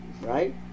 Right